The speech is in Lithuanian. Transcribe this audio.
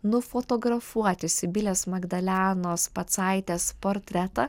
nufotografuoti sibilės magdalenos pacaitės portretą